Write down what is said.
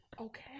Okay